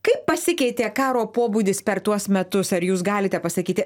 kaip pasikeitė karo pobūdis per tuos metus ar jūs galite pasakyti